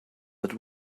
that